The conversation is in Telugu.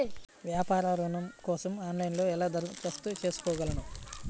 వ్యాపార ఋణం కోసం ఆన్లైన్లో ఎలా దరఖాస్తు చేసుకోగలను?